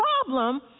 problem